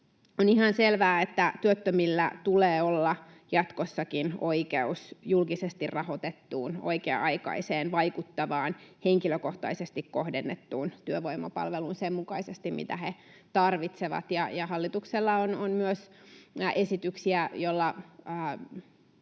On ihan selvää, että työttömillä tulee olla jatkossakin oikeus julkisesti rahoitettuun, oikea-aikaiseen, vaikuttavaan, henkilökohtaisesti kohdennettuun työvoimapalveluun sen mukaisesti, mitä he tarvitsevat. Ja hallituksella on myös esityksiä, joilla